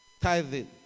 Tithing